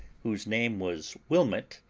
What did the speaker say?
whose name was wilmot,